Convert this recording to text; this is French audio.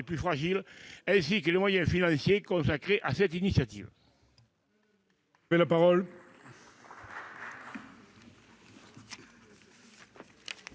les plus fragiles, ainsi que les moyens financiers consacrés à cette initiative